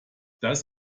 das